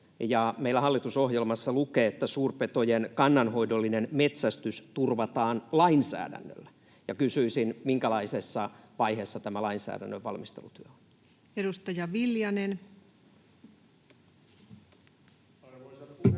Meillä hallitusohjelmassa lukee, että suurpetojen kannanhoidollinen metsästys turvataan lainsäädännöllä. Ja kysyisin: minkälaisessa vaiheessa tämä lainsäädännön valmistelutyö on? [Speech